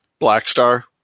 Blackstar